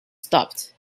stopped